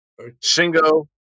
Shingo